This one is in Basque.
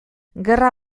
gerra